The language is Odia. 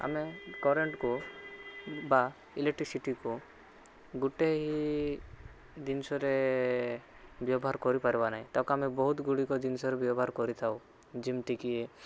ଆମେ କରେଣ୍ଟକୁ ବା ଇଲେକ୍ଟ୍ରିସିଟିକୁ ଗୋଟେ ଜିନିଷରେ ବ୍ୟବହାର କରିପାରିବା ନାହିଁ ତାକୁ ଆମେ ବହୁତ ଗୁଡ଼ିକ ଜିନିଷରେ ବ୍ୟବହାର କରିଥାଉ ଯେମିତିକି